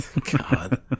god